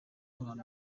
ruhando